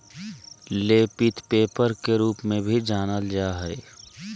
लेपित पेपर के रूप में भी जानल जा हइ